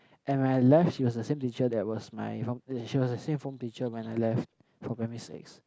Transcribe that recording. and when I left she was the same teacher that was my form she was the same form teacher when I left for primary six